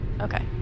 Okay